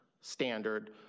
standard